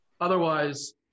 Otherwise